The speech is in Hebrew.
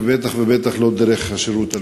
ובטח ובטח לא דרך השירות הלאומי.